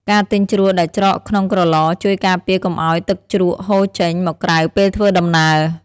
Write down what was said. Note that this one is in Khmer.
ការទិញជ្រក់ដែលច្រកក្នុងក្រឡ ជួយការពារកុំឱ្យទឹកជ្រក់ហូរចេញមកក្រៅពេលធ្វើដំណើរ។